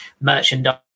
merchandise